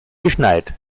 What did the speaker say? geschneit